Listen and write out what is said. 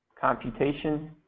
Computation